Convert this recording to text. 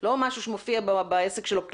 לא משהו שמופיעה בעסק שלו "כלבים".